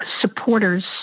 supporters